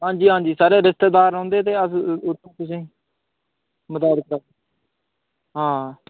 हां जी हां जी सर रिस्तेदार औंदे ते अस तुसें गी मदाद करगे आं